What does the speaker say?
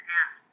ask